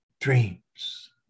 dreams